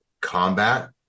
combat